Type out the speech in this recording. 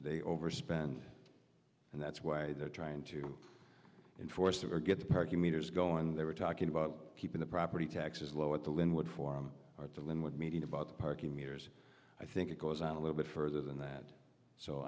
they overspend and that's why they're trying to enforce that or get the parking meters going they were talking about keeping the property taxes low at the lynwood forum or to limit meeting about parking meters i think it goes on a little bit further than that so